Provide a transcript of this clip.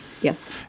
Yes